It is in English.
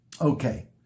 Okay